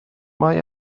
mae